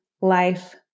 life